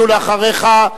אחריך,